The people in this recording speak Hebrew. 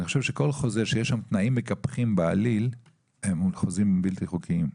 אני חושב שכל חוזה שיש שם תנאים מקפחים בעליל הם חוזים בלתי חוקיים,